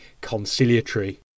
conciliatory